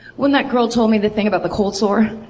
when that girl told me the thing about the cold sore!